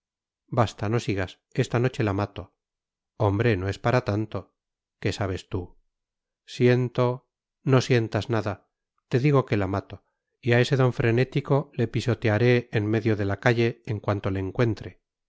basta no sigas esta noche la mato hombre no es para tanto qué sabes tú siento no sientas nada te digo que la mato y a ese don frenético le pisotearé en medio de la calle en cuanto le encuentre